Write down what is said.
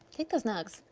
take those nugs.